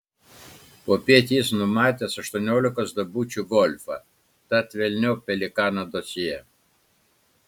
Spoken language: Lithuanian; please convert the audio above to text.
popiet jis numatęs aštuoniolikos duobučių golfą tad velniop pelikano dosjė